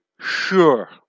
sure